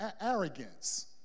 arrogance